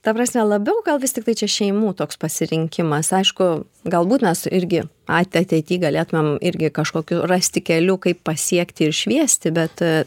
ta prasme labiau gal vis tiktai čia šeimų toks pasirinkimas aišku galbūt mes irgi ate ateity galėtumėm irgi kažkokiu rasti kelių kaip pasiekti ir šviesti bet